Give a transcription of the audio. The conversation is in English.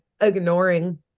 ignoring